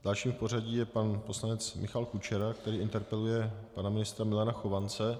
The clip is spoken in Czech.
Další v pořadí je pan poslanec Michal Kučera, který interpeluje pana ministra Milana Chovance.